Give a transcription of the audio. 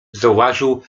zauważył